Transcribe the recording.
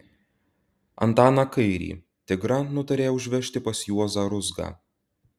antaną kairį tigrą nutarė užvežti pas juozą ruzgą